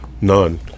None